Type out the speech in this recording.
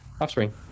offspring